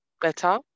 better